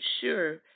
sure